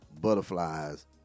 Butterflies